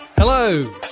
Hello